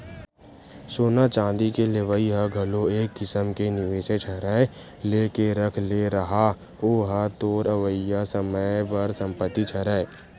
सोना चांदी के लेवई ह घलो एक किसम के निवेसेच हरय लेके रख ले रहा ओहा तोर अवइया समे बर संपत्तिच हरय